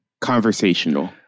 Conversational